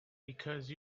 because